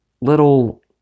little